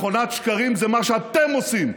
מכונת שקרים זה מה שאתם עושים.